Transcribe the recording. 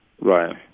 Right